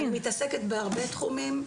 אני מתעסקת בהרבה תחומים,